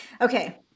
okay